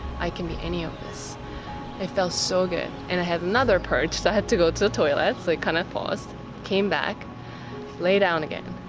i can be any of us i felt so good and i had another purchase i had to go to toilet. so it kind of faust came back lay down again,